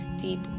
deep